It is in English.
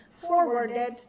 forwarded